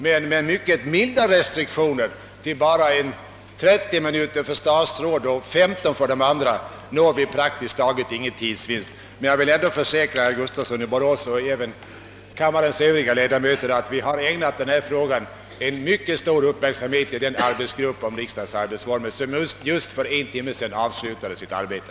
Men med milda restriktioner — exempelvis 30 minuter för statsråd och 15 minuter för andra — når vi mycket liten tidsvinst. Men jag vill försäkra herr Gustafsson i Borås och kammarens övriga ledamöter, att vi har ägnat denna fråga mycket stor uppmärksamhet i den arbetsgrupp för riksdagens arbetsformer som just för en knapp timme sedan avslutade sitt arbete.